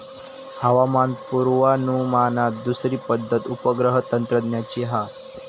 हवामान पुर्वानुमानात दुसरी पद्धत उपग्रह तंत्रज्ञानाची हा